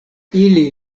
ili